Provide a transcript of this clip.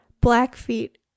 Blackfeet